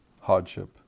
hardship